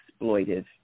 exploitive